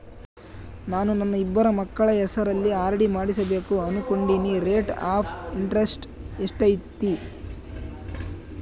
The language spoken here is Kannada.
ನಾನು ನನ್ನ ಇಬ್ಬರು ಮಕ್ಕಳ ಹೆಸರಲ್ಲಿ ಆರ್.ಡಿ ಮಾಡಿಸಬೇಕು ಅನುಕೊಂಡಿನಿ ರೇಟ್ ಆಫ್ ಇಂಟರೆಸ್ಟ್ ಎಷ್ಟೈತಿ?